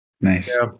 Nice